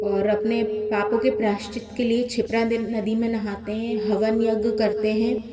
और अपने पापों के प्रायश्चित के लिए क्षिप्रा नदी में नहाते हैं हवन यज्ञ करते हैं